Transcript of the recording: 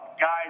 guys